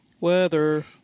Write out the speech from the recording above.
Weather